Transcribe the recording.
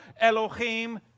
Elohim